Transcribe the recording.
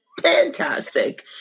fantastic